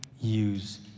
use